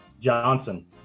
johnson